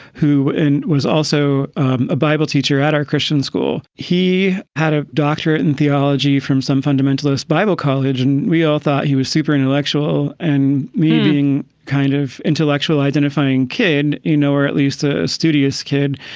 who was also a bible teacher at our christian school. he had a doctorate in theology from some fundamentalist bible college and we all thought he was super intellectual and me being kind of intellectual identifying kid, you know, or at least ah a studious kid.